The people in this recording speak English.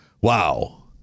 wow